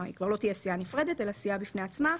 היא כבר לא תהיה סיעה נפרדת אלא סיעה בפני עצמה,